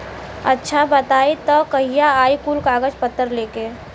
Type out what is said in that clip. अच्छा बताई तब कहिया आई कुल कागज पतर लेके?